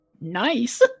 Nice